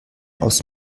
aus